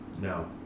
No